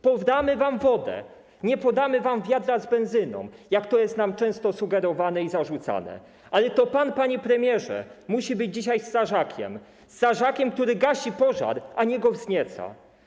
Podamy wam wodę, nie podamy wam wiadra z benzyną, jak to jest nam często sugerowane i zarzucane, ale to pan, panie premierze, musi być dzisiaj strażakiem, który gasi pożar, a nie go wznieca.